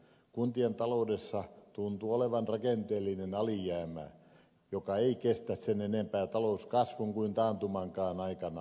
kuntien taloudessa tuntuu olevan rakenteellinen alijäämä joka ei kestä sen enempää talouskasvun kuin taantumankaan aikana